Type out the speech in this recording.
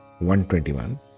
121